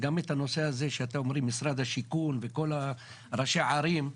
וגם את הנושא הזה שאתם אומרים משרד השיכון וכל ראשי ערים,